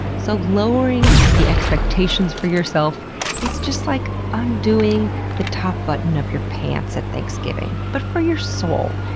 so, lowering the expectations for yourself is just like undoing the top button of your pants at thanksgiving, but for your soul.